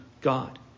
God